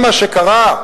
מה שקרה,